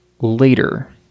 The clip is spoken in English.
later